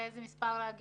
לאיזה מספר, להגיע?